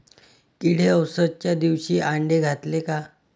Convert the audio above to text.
किडे अवसच्या दिवशी आंडे घालते का?